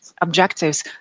objectives